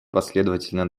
последовательно